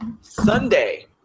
sunday